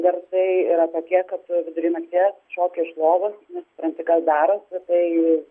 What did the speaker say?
garsai yra tokie kad vidury nakties šoki iš lovos nesupranti kas darosi tai